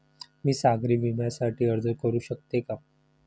मी सागरी विम्यासाठी अर्ज करू शकते का?